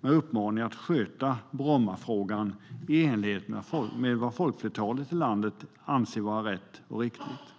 med uppmaning att sköta Brommafrågan i enlighet med vad folkflertalet i landet anser vara rätt och riktigt.